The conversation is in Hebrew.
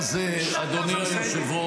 לשר.